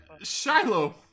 Shiloh